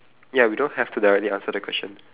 ya we don't have to directly answer the question